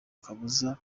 kabuza